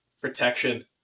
protection